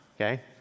okay